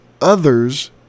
others